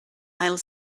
ail